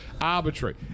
Arbitrary